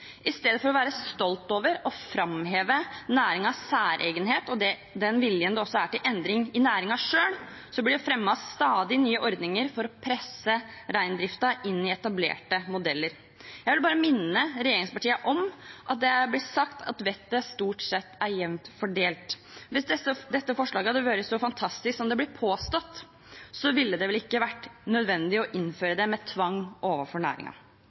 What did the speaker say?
I stedet for å være stolt over å framheve næringens særegenhet og den viljen det også er til endring i næringen selv, blir det fremmet stadig nye ordninger for å presse reindriften inn i etablerte modeller. Jeg vil bare minne regjeringspartiene om at det blir sagt at vettet stort sett er jevnt fordelt. Hvis dette forslaget hadde vært så fantastisk som det blir påstått, ville det vel ikke vært nødvendig å innføre det med tvang overfor